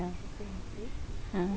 mm